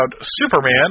Superman